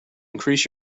increase